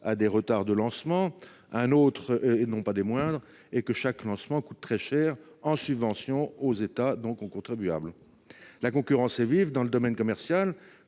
à des retards de lancement. Un autre, et non des moindres, est que chaque lancement coûte très cher en subventions aux États, donc aux contribuables. La concurrence est vive dans le domaine commercial.